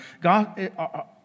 God